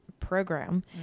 program